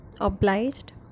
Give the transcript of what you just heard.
obliged